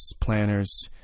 planners